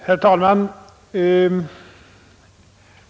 Herr talman!